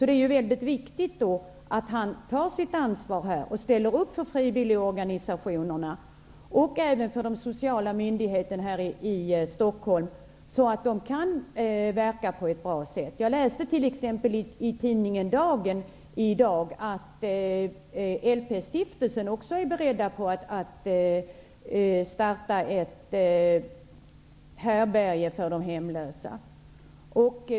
Det är mycket viktigt att han tar sitt ansvar och ställer upp för frivilligorganisationerna och för de sociala myndigheterna här i Stockholm så att de kan verka på ett bra sätt. Jag läste i dag i tidningen Dagen att LP-stiftelsen också är beredd att starta ett härbärge för de hemlösa.